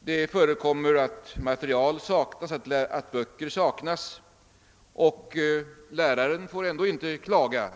Det förekommer att material saknas, att böcker saknas — läraren får ändå inte klaga.